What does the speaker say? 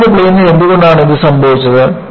സ്ക്രീനിന്റെ പ്ലെയിനിൽ എന്തുകൊണ്ടാണ് ഇത് സംഭവിച്ചത്